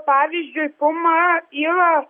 pavyzdžiui puma yra